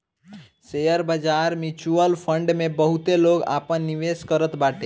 share बाजार, mutual fund में बहुते लोग आपन निवेश करत बाटे